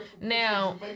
Now